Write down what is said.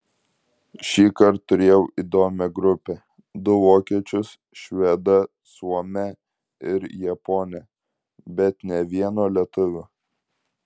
šįkart turėjau įdomią grupę du vokiečius švedą suomę ir japonę bet nė vieno lietuvio